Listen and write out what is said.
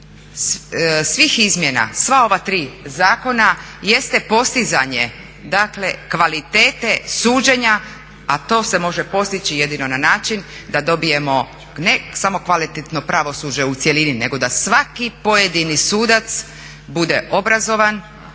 svih izmjena, sva ova tri zakona jeste postizanje, dakle kvalitete suđenja, a to se može postići jedino na način da dobijemo ne samo kvalitetno pravosuđe u cjelini, nego da svaki pojedini sudac bude obrazovan,